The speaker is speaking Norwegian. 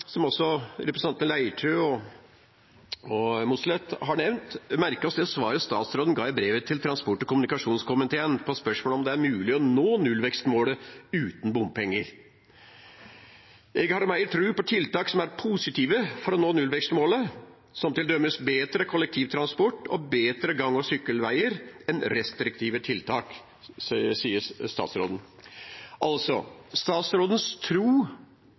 og Mossleth har nevnt – det svaret statsråden ga i brev til transport- og kommunikasjonskomiteen på spørsmålet om det er mulig å nå nullvekstmålet uten bompenger: «Eg har meir tru på tiltak som er positive for å nå nullvekstmålet, som til dømes betre kollektivtransport og betre gang- og sykkelvegar, enn restriktive tiltak Statsrådens tro står altså